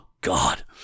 god